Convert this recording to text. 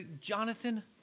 Jonathan